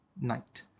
night